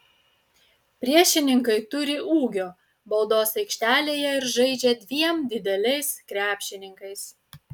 priešininkai turi ūgio baudos aikštelėje ir žaidžia dviem dideliais krepšininkais